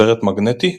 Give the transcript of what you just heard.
סרט מגנטי,